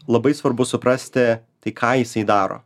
labai svarbu suprasti tai ką jisai daro